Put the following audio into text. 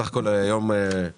בסך הכול היה יום מוצלח,